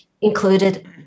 included